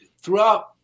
throughout